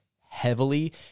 heavily